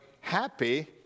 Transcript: happy